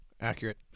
Accurate